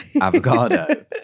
avocado